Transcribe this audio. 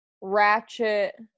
ratchet